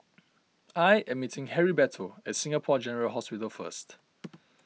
I am meeting Heriberto at Singapore General Hospital first